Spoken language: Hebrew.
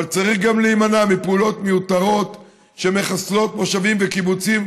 אבל צריך גם להימנע מפעולות מיותרות שמחסלות מושבים וקיבוצים,